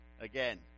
again